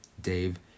Dave